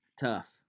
tough